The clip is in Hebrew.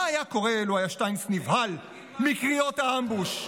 מה היה קורה לו היה שטייניץ נבהל מקריאות האמבוש?